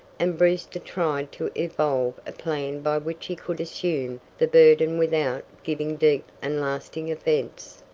and brewster tried to evolve a plan by which he could assume the burden without giving deep and lasting offense.